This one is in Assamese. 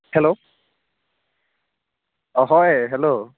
হেল্ল' অঁ হয় হেল্ল'